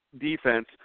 defense